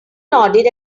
nodded